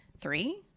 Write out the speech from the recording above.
Three